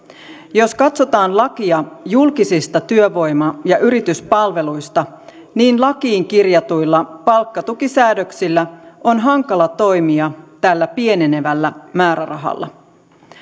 jos katsotaan lakia julkisista työvoima ja yrityspalveluista niin lakiin kirjatuilla palkkatukisäädöksillä on hankala toimia tällä pienenevällä määrärahalla